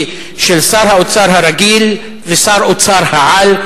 היא של האוצר הרגיל ושר האוצר העל,